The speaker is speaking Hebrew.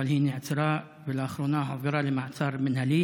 אבל היא נעצרה ולאחרונה הועברה למעצר מינהלי.